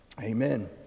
Amen